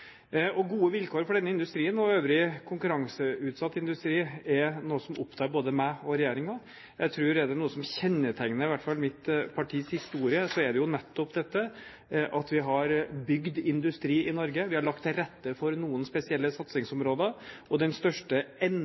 Norge. Gode vilkår for denne industrien og øvrig konkurranseutsatt industri er noe som opptar både meg og regjeringen. Jeg tror at er det noe som kjennetegner i hvert fall mitt partis historie, er det jo nettopp dette at vi har bygd industri i Norge, vi har lagt til rette for noen spesielle satsingsområder, og den største